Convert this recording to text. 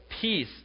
peace